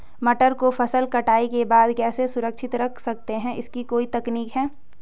मटर को फसल कटाई के बाद कैसे सुरक्षित रख सकते हैं इसकी कोई तकनीक है?